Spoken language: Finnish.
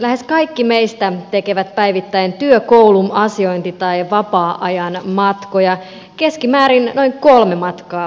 lähes kaikki meistä tekevät päivittäin työ koulu asiointi tai vapaa ajanmatkoja keskimäärin noin kolme matkaa päivässä